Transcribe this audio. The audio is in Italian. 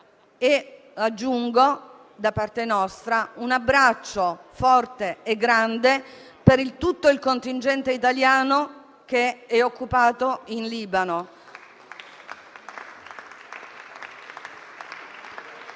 Aggiungo da parte nostra un abbraccio forte e grande per tutto il contingente italiano impegnato in Libano.